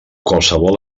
qualsevol